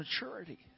maturity